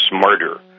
smarter